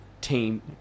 team